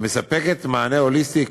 המספקת מענה הוליסטי,